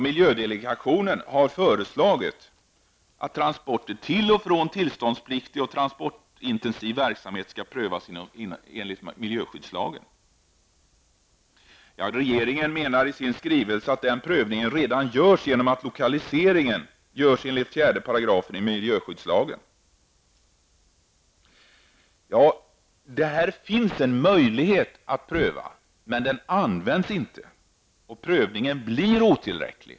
Miljödelegationen har föreslagit att transporter till och från tillståndspliktig och transportintensiv verksamhet skall prövas enligt miljöskyddslagen. Regeringen menar i sin skrivelse att den prövningen redan görs genom att lokaliseringen sker enligt 4 § miljöskyddslagen. Ja, möjligheten att pröva finns men utnyttjas inte, och prövningen blir otillräcklig.